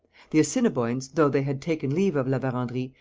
the assiniboines, though they had taken leave of la verendrye,